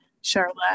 Charlotte